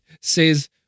says